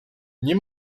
nie